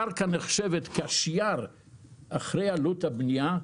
הקרקע נחשבת כשייר אחרי עלות הבנייה.